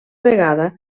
vegada